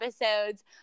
episodes